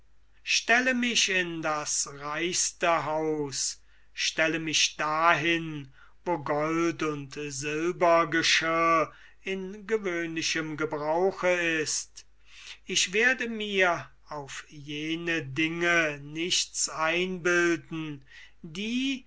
stelle mich in das reichste haus stelle mich dahin wo gold und silber in gewöhnlichem gebrauche ist ich werde mir auf jene dinge nichts einbilden die